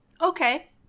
Okay